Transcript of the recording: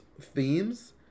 themes